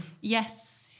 Yes